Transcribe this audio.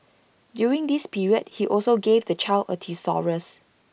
during this period he also gave the child A thesaurus